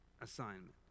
assignment